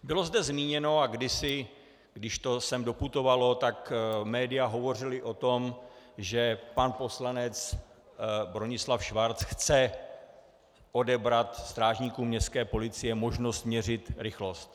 Bylo zde zmíněno a kdysi, když to sem doputovalo, tak média hovořila o tom, že pan poslanec Bronislav Schwarz chce odebrat strážníkům městské policie možnost měřit rychlost.